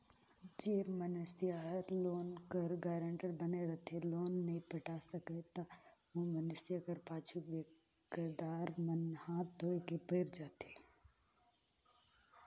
जेन मइनसे हर लोन कर गारंटर बने रहथे लोन नी पटा सकय ता ओ मइनसे कर पाछू बेंकदार मन हांथ धोए के पइर जाथें